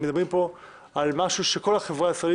מדברים פה על משהו שכל החברה הישראלית